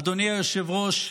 אדוני היושב-ראש,